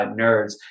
nerds